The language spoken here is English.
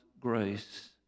grace